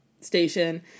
station